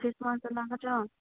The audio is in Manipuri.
ꯈ꯭ꯔꯤꯁꯃꯥꯁꯇ ꯂꯥꯛꯀꯗ꯭ꯔꯣ